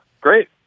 great